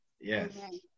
Yes